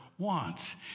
wants